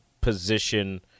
position